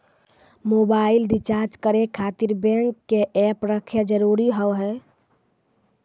Mobile recharge करे खातिर bank के ऐप रखे जरूरी हाव है?